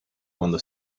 quando